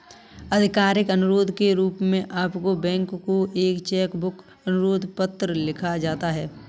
आधिकारिक अनुरोध के रूप में आपके बैंक को एक चेक बुक अनुरोध पत्र लिखा जाता है